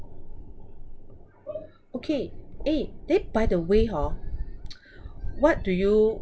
okay eh then by the way hor what do you